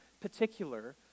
particular